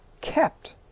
kept